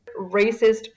racist